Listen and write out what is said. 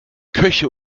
köche